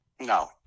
No